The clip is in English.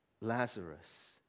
Lazarus